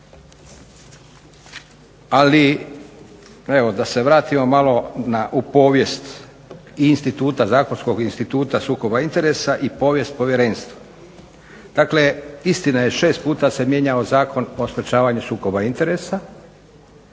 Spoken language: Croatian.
Ali evo da se vratimo malo u povijest i instituta, zakonskog instituta sukoba interesa i povijest povjerenstva. Dakle istina je 6 puta se mijenjao Zakon o sprječavanju sukoba interesa,